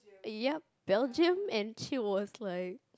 yup Belgium and she was like